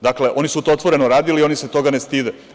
Dakle, oni su to otvoreno radili i oni se toga ne stide.